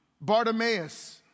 Bartimaeus